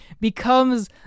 becomes